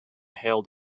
hailed